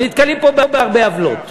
ונתקלים פה בהרבה עוולות.